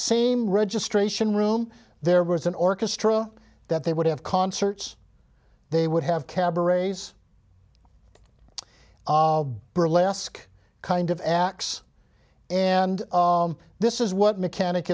same registration room there was an orchestra that they would have concerts they would have cabarets burlesque kind of acts and this is what mechanic